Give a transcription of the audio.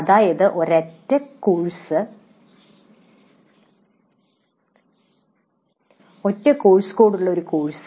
അതായത് ഒരൊറ്റ കോഴ്സ് കോഡുള്ള ഒരു കോഴ്സ്